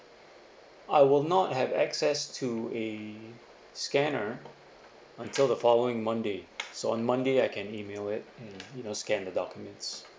I will not have access to a scanner until the following monday so on monday I can email it mm you know scan the documents